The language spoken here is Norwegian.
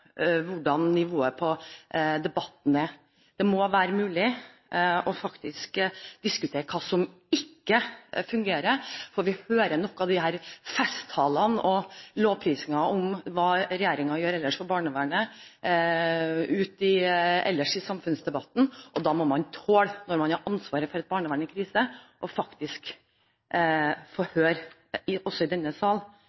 hvordan nivået på debatten er. Det må være mulig å diskutere hva som ikke fungerer. Vi hører nok av disse festtalene og lovprisningene av hva regjeringen gjør for barnevernet, ellers i samfunnsdebatten. Da må man tåle, når man har ansvaret for et barnevern i krise,